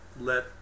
let